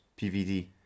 PVD